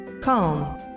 Calm